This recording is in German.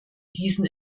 diesen